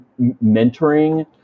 mentoring